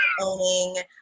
owning